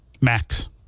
Max